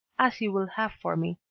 as you will have for me,